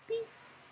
peace